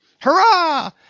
Hurrah